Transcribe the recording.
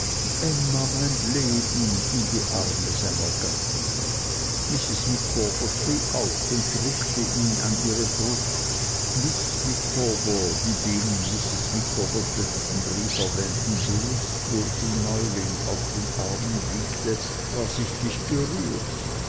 mein leben in die arme seiner gattin mrs micawber schrie auf und drückte ihn an ihre brust miß micawber die den in mrs micawbers letztem brief erwähnten bewußtlosen fremdling auf den armen wiegte war sichtlich gerührt